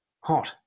hot